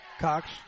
Cox